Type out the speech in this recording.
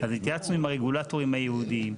אז התייעצנו עם הרגולטורים הייעודים.